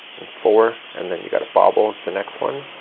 and four and then you gotta bobbles the next one